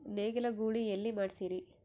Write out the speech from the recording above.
ನೇಗಿಲ ಗೂಳಿ ಎಲ್ಲಿ ಮಾಡಸೀರಿ?